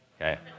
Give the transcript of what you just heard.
Okay